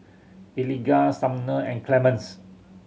Eligah Sumner and Clemence